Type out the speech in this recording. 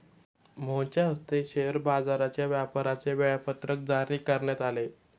मोहनच्या हस्ते शेअर बाजाराच्या व्यापाराचे वेळापत्रक जारी करण्यात आले